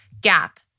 Gap